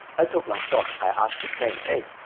i took my shot, i asked the trainer hey,